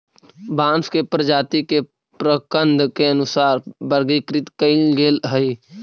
बांस के प्रजाती के प्रकन्द के अनुसार वर्गीकृत कईल गेले हई